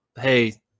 hey